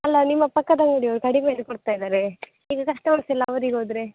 ಅಲ್ಲ ನಿಮ್ಮ ಪಕ್ಕದ ಅಂಗಡಿಯೋರು ಕಡಿಮೆಗೆ ಕೊಡ್ತಾ ಇದ್ದಾರೆ ಈಗ ಕಸ್ಟಮರ್ಸ್ ಎಲ್ಲ ಅವ್ರಿಗೆ ಹೋದ್ರೆ